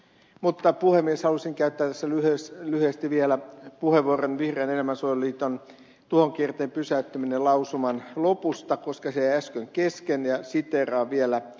mutta puhemies halusin käyttää tässä lyhyesti vielä puheenvuoron vihreän elämänsuojeluliiton tuhokierteen pysäyttäminen lausuman lopusta koska se jäi äsken kesken ja siteeraan vielä seuraavan